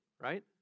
right